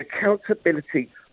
accountability